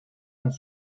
ont